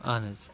اَہن حظ